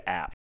app